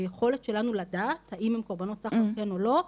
היכולת שלנו לדעת האם הן קורבנות סחר כן או לא,